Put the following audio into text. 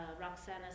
Roxana